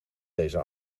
deze